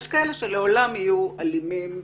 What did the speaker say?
יש כאלה שלעולם יהיו אלימים,